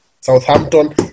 Southampton